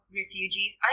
refugees